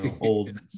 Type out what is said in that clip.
old